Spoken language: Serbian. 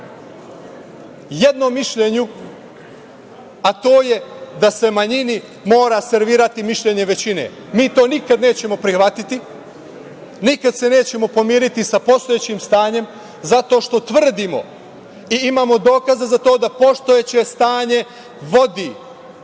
Jednom mišljenju, a to je da se manjini mora servirati mišljenje većine. Mi to nikada nećemo prihvatiti, nikada se nećemo pomiriti sa postojećim stanjem zato što tvrdimo i imamo dokaza za to da postojeće stanje vodi